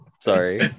Sorry